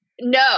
No